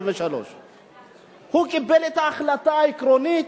1973. הוא קיבל את ההחלטה העקרונית,